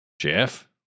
Jeff